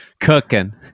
cooking